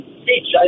speech